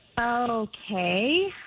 Okay